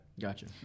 Gotcha